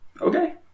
Okay